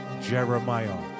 Jeremiah